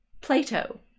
plato